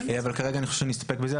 אבל כרגע אני חושב שנסתפק בזה.